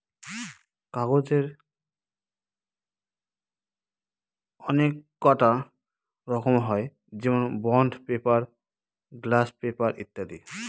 কাগজের অনেককটা রকম হয় যেমন বন্ড পেপার, গ্লাস পেপার ইত্যাদি